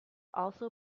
also